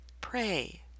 pray